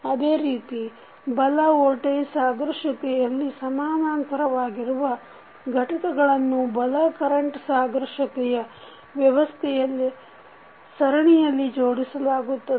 ಅದೇ ರೀತಿ ಬಲ ವೋಲ್ಟೇಜ್ ಸಾದೃಶ್ಯತೆಯಲ್ಲಿ ಸಮಾನಾಂತರವಾಗಿರುವ ಘಟಕಗಳನ್ನು ಬಲ ಕರೆಂಟ್ ಸಾದೃಶ್ಯತೆಯ ವ್ಯವಸ್ಥೆಯಲ್ಲಿ ಸರಣಿಯಲ್ಲಿ ಜೋಡಿಸಲಾಗುತ್ತದೆ